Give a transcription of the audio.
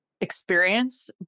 experience